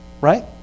right